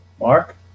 Mark